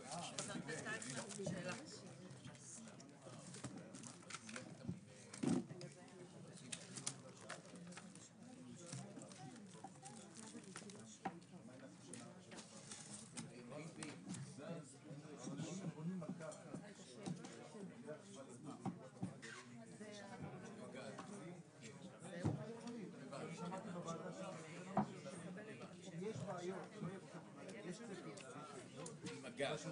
14:32.